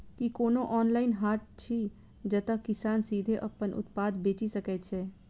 की कोनो ऑनलाइन हाट अछि जतह किसान सीधे अप्पन उत्पाद बेचि सके छै?